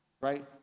right